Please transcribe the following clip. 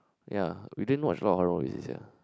ya we didn't watch a lot of horror movie this year